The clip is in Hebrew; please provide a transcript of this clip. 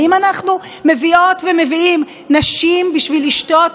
האם אנחנו מביאות ומביאים נשים בשביל לשתות